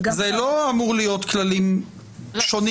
זה לא אמור להיות כללים שונים.